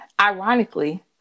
ironically